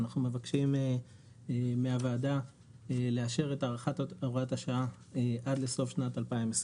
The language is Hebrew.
אנחנו מבקשים מהוועדה לאשר את הארכת הוראת השעה עד לסוף שנת 2022